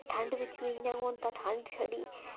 ते ठंड बिच बी इ'यां गै होंदा ठंड छड़ी